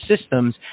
systems